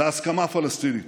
בהסכמה הפלסטינית.